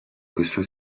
questa